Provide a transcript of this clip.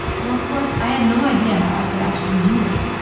though, of course, i had no idea how i could actually do that